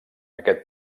aquest